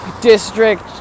district